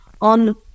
on